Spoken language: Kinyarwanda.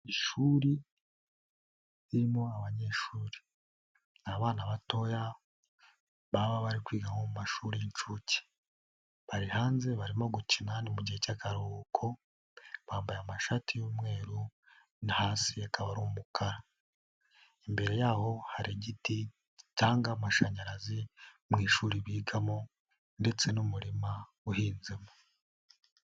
Ishuri ririmo abanyeshuri, ni abana batoya, baba bari kwiga mu mashuri y'incuke, bari hanze barimo gukina ni mu gihe cy'akaruhuko, bambaye amashati y'umweru, hasi akaba ari umukara, imbere yaho hari igiti gitanga cyangwa amashanyarazi, mu ishuri bigamo ndetse n'umurima uhinzemo.